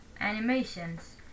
animations